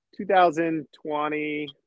2020